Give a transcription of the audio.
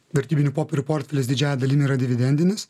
vertybinių popierių portfelis didžiąja dalimi yra dividendinis